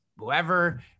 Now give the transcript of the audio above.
whoever